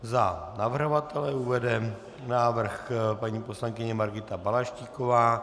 Za navrhovatele uvede návrh paní poslankyně Margita Balaštíková.